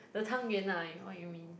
the 汤圆 ah what you mean